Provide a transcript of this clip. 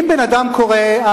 אם בן-אדם קורא: